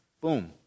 Boom